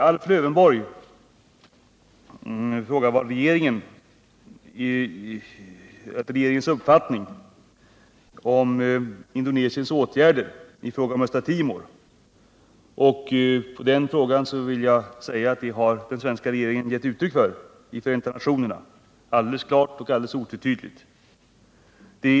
Alf Lövenborg frågade efter regeringens uppfattning om Indonesiens åtgärder i fråga om Östra Timor. På den frågan vill jag svara att den svenska regeringen gett uttryck för sin uppfattning i Förenta nationerna, alldeles klart och otvetydigt.